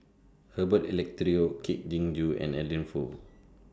Herbert Eleuterio Kwek Leng Joo and Adeline Foo